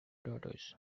daughters